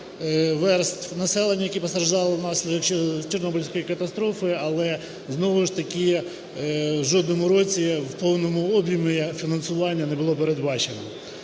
верств населення, які постраждали внаслідок Чорнобильської катастрофи, але знову ж таки в жодному році в повному об'ємі фінансування не було передбачено.